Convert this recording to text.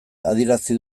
adierazi